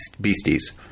beasties